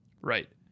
Right